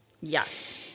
Yes